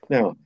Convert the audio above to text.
Now